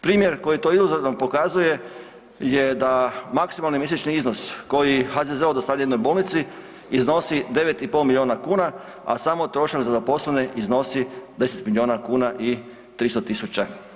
Primjer koji to iluzorno pokazuje je da maksimalni mjesečni iznos koji HZZO dostavlja jednoj bolnici iznosi 9,5 miliona kuna, a samo trošak za zaposlene iznosi 10 miliona kuna i 300 tisuća.